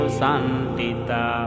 santita